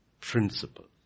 principle